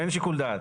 אין שיקול דעת.